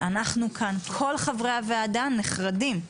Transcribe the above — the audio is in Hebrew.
אנחנו כאן, כל חברי הוועדה נחרדים.